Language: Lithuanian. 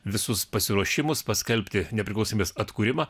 visus pasiruošimus paskelbti nepriklausomybės atkūrimą